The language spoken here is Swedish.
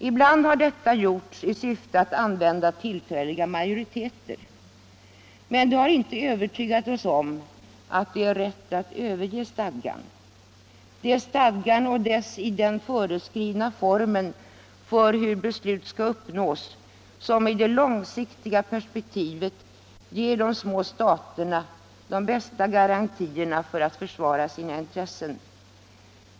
Ibland har detta gjorts i syfte att använda tillfälliga majoriteter. Men detta har inte övertygat oss om att det är rätt att överge stadgan. Det är stadgan och den i stadgan föreskrivna formen för hur beslut skall uppnås som i det långsiktiga perspektivet ger de små staterna de bästa garantierna för att försvara sina intressen.